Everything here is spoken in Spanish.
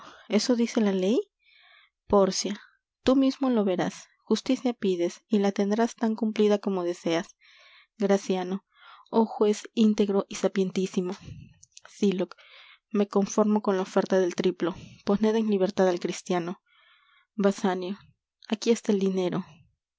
eso dice la ley pórcia tú mismo lo verás justicia pides y la tendrás tan cumplida como deseas graciano oh juez íntegro y sapientísimo sylock me conformo con la oferta del triplo poned en libertad al cristiano basanio aquí está el dinero